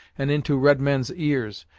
and into red men's ears,